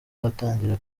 aratangira